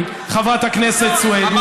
עובדה היא, חברת הכנסת סויד,